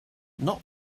not